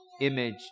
image